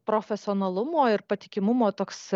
profesionalumo ir patikimumo toks